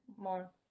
more